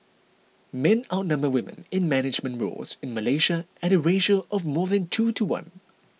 men outnumber women in management roles in Malaysia at a ratio of more than two to one